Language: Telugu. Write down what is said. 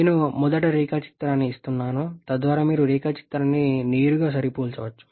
నేను మొదట రేఖాచిత్రాన్ని ఇస్తున్నాను తద్వారా మీరు రేఖాచిత్రాన్ని నేరుగా సరిపోల్చవచ్చు